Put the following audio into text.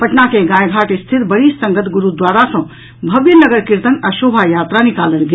पटना के गायघाट रिथत बड़ी संगत गुरूद्वारा सँ भव्य नगर कीर्तन आ शोभा यात्रा निकालल गेल